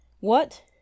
What